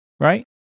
Right